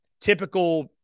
Typical